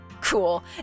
Cool